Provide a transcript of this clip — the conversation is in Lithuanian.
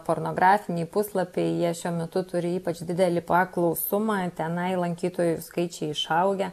pornografiniai puslapiai jie šiuo metu turi ypač didelį paklausumą tenai lankytojų skaičiai išaugę